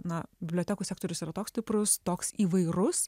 na bibliotekoų sektorius yra toks stiprus toks įvairus